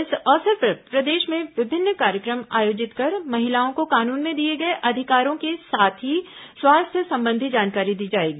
इस अवसर पर प्रदेश में विभिन्न कार्यक्रम आयोजित कर महिलाओं को कानून में दिए गए अधिकारों के साथ ही स्वास्थ्य संबंधी जानकारी दी जाएगी